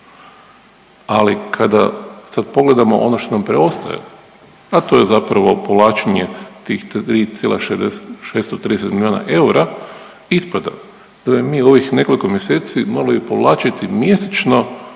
Ali kada sad pogledamo ono što nam preostaje, a to je zapravo povlačenje tih 3,630 milijona eura ispada da bi mi u ovih nekoliko mjeseci mogli povlačiti mjesečno